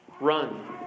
Run